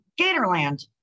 Gatorland